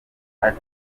ati